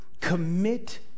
commit